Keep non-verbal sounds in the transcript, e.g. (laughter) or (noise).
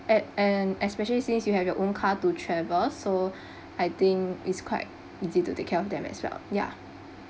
at and especially since you have your own car to travel so (breath) I think is quite easy to take care of them as well ya